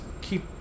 keep